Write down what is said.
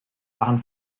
waren